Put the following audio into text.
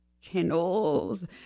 channels